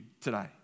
today